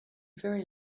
very